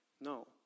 No